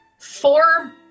four